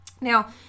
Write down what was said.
Now